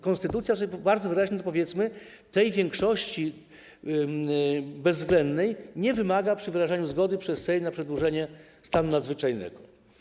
Konstytucja, bardzo wyraźnie to powiedzmy, tej większości bezwzględnej nie wymaga przy wyrażaniu zgody przez Sejm na przedłużenie stanu nadzwyczajnego.